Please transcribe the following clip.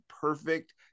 perfect